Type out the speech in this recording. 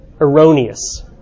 erroneous